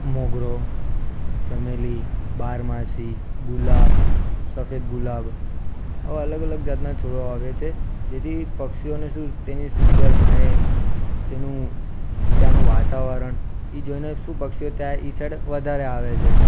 મોગરો ચમેલી બારમાસી ગુલાબ સફેદ ગુલાબ આવા અલગ અલગ જાતના છોડવા વાવીએ છીએ જેથી પક્ષીઓ ને શું તેની સુંદર મહેક તેનું ત્યાંનું વાતાવરણ એ જોઈને શું પક્ષીઓ ત્યાં એ સાઈડ વધારે આવે છે